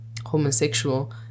homosexual